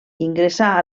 ingressà